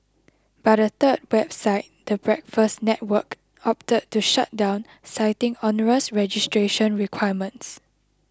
but a third website the Breakfast Network opted to shut down citing onerous registration requirements